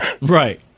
Right